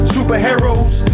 Superheroes